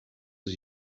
was